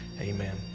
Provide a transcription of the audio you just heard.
Amen